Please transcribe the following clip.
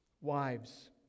Wives